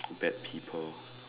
bad people